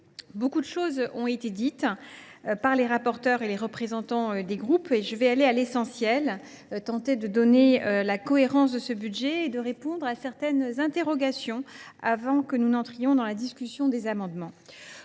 beaucoup de choses ont été dites par les rapporteurs et par les représentants des groupes. Je vais aller à l’essentiel, dire quelle est la cohérence de ce budget et répondre à certaines interrogations avant que nous n’entamions la discussion des amendements.